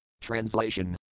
Translation